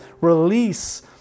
release